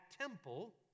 temple